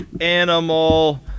Animal